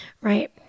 Right